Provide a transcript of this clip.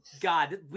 God